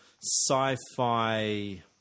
sci-fi